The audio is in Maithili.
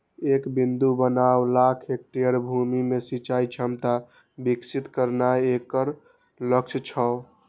एक बिंदु बाबन लाख हेक्टेयर भूमि मे सिंचाइ क्षमता विकसित करनाय एकर लक्ष्य छै